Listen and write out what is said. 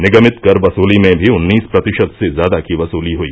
निगमित कर वसूली में भी उन्नीस प्रतिशत से ज्यादा की वसूली हुई